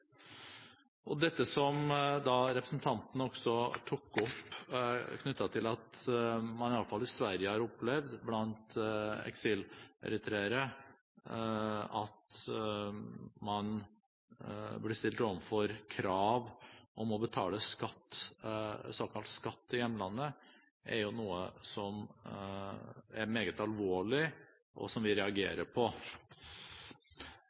som representanten tok opp, at man iallfall blant eksileritreere i Sverige har opplevd at man blir stilt overfor krav om å betale såkalt skatt til hjemlandet, er noe som er meget alvorlig, og som vi